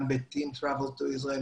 גם ב-טין טראוול טו יזרעאל.